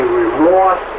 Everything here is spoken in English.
remorse